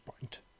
point